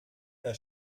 der